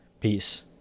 Peace